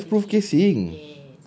ya the lifeproof casing